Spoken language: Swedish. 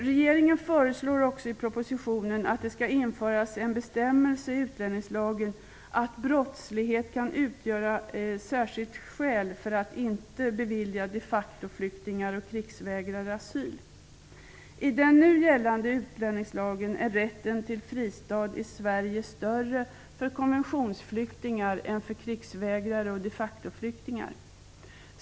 Regeringen föreslår också i propositionen att det skall införas en bestämmelse i utlänningslagen om att brottslighet kan utgöra ett särskilt skäl för att inte bevilja de facto-flyktingar och krigsvägrare asyl. I den nu gällande utlänningslagen är rätten till fristad i Sverige större för konventionsflyktingar än för krigsvägrare och de facto-flyktingar.